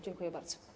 Dziękuję bardzo.